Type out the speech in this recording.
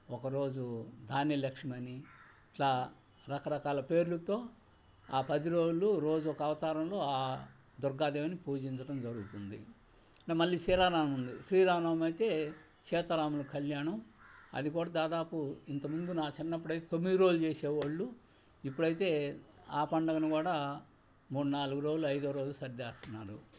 ఒకరోజు ధాన్య లక్ష్మనీ ఇట్లా రకరకాల పేర్లుతో ఆ పది రోజులు రోజు ఒక అవతారంలో ఆ దుర్గాదేవిని పూజించడం జరుగుతుంది మళ్ళీ శ్రీరామనవముంది శ్రీరామనవమి అయితే సీతారములు కళ్యాణం అది కూడా దాదాపు ఇంతకముందు నా చిన్నప్పుడైతే తొమ్మిది రోజులు చేసేవాళ్ళు ఇప్పుడైతే ఆ పండగను కూడా మూడు నాలుగు రోజులు ఐదవ రోజు సర్దేస్తున్నారు